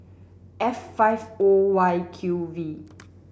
F five O Y Q V